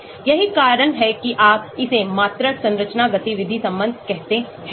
यही कारण है कि आप इसे मात्रात्मक संरचना गतिविधि संबंध कहते हैं